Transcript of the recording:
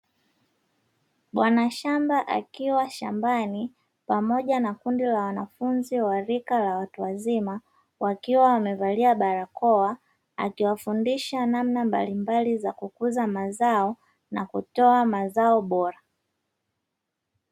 Bwanashamba akiwa shambani pamoja na kundi la wanafunzi wa rika la watu wazima wakiwa wamevalia barakoa akiwafundisha namna mbalimbali za kukuza mazao na kutoa mazao bora.